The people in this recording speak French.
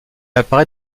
apparaît